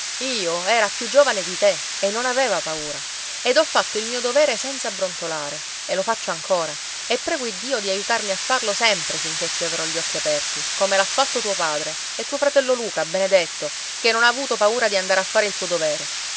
io era più giovane di te e non aveva paura ed ho fatto il mio dovere senza brontolare e lo faccio ancora e prego iddio di aiutarmi a farlo sempre sinché ci avrò gli occhi aperti come l'ha fatto tuo padre e tuo fratello luca benedetto che non ha avuto paura di andare a fare il suo dovere